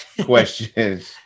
questions